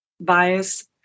bias